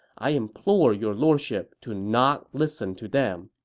i implore your lordship to not listen to them.